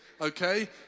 okay